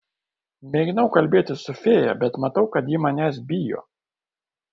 mėginau kalbėtis su fėja bet matau kad ji manęs bijo